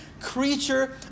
creature